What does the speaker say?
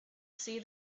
see